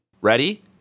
Ready